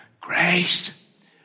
grace